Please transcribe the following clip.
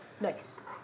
Nice